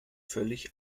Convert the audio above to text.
völlig